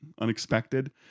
unexpected